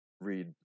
read